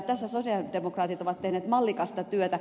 tässä sosialidemokraatit ovat tehneet mallikasta työtä